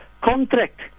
contract